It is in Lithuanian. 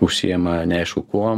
užsiima neaišku kuom